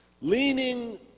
leaning